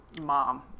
mom